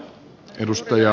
arvoisa puhemies